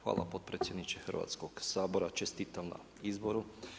Hvala potpredsjedniče Hrvatskoga sabora, čestitam na izboru.